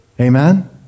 Amen